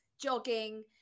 jogging